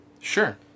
Sure